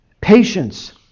patience